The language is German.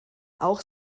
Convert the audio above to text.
auch